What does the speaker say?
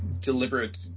deliberate